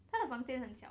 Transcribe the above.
他的房间很小